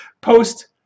post